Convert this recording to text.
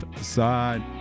side